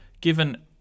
given